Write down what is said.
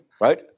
right